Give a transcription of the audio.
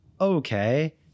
Okay